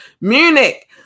Munich